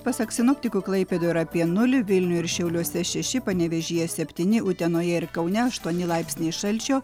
pasak sinoptikų klaipėdoj yra apie nulį vilniuj ir šiauliuose šeši panevėžyje septyni utenoje ir kaune aštuoni laipsniai šalčio